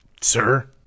sir